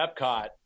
Epcot